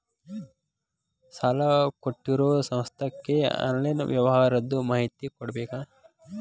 ಸಾಲಾ ಕೊಟ್ಟಿರೋ ಸಂಸ್ಥಾಕ್ಕೆ ಆನ್ಲೈನ್ ವ್ಯವಹಾರದ್ದು ಮಾಹಿತಿ ಕೊಡಬೇಕಾ?